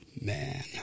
man